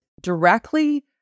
directly